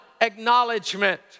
acknowledgement